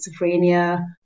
schizophrenia